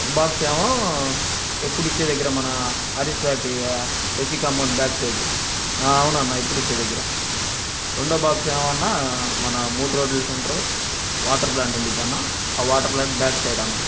ఒక బాక్స్ ఏమో ఎప్పుడు ఇచ్చే దగ్గర మన హరీస్ party church compound back side ఆ అవునన్నా ఇప్పుడు ఇచ్చే దగ్గర రెండవ బాక్స్ ఏమో అన్నా మన మూడు రోడ్లు సెంటరు వాటర్ ప్లాంట్ ఉంటుంది అన్నా ఆ వాటర్ ప్లాంట్ బ్యాక్ సైడ్ అన్నా